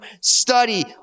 study